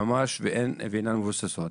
ממש ואינן מבוססות.